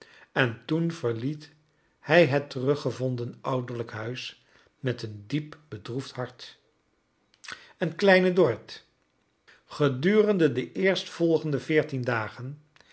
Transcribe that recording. en toen verliet hij het teruggevonden ouderlijk huis met een diepbedroefd hart en kleine dorrit gedurende de eerstvolgen de veertien dagen